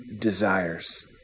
desires